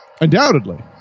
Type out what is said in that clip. Undoubtedly